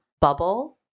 bubble